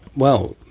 well,